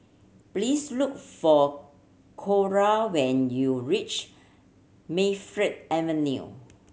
please look for Clora when you reach Mayfield Avenue